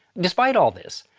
despite all this,